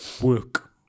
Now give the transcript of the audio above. work